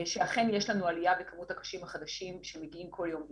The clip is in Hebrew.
שאכן יש לנו עלייה בכמות הקשים החדשים שמגיעים בכל יום לאשפוז.